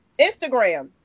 instagram